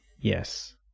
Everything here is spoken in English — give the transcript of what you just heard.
Yes